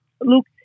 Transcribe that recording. Look